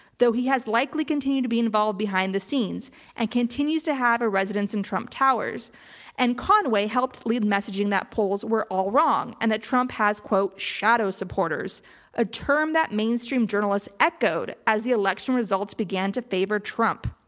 though he has likely continued to be involved behind the scenes and continues to have a residence in trump towers and conway helped lead messaging that polls were all wrong and that trump has quote, shadow supporters a term that mainstream journalists echoed as the election results began to favor trump.